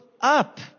up